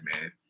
man